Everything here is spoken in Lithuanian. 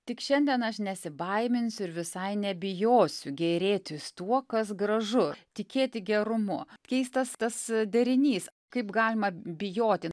tik šiandien aš nesibaiminsiu ir visai nebijosiu gėrėtis tuo kas gražu tikėti gerumu keistas tas derinys kaip galima bijoti